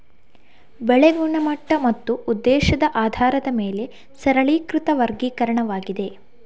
ಬೆಳೆ ಗುಣಮಟ್ಟ ಮತ್ತು ಉದ್ದೇಶದ ಆಧಾರದ ಮೇಲೆ ಸರಳೀಕೃತ ವರ್ಗೀಕರಣವಾಗಿದೆ